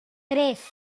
tres